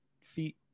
feet